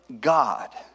God